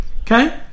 Okay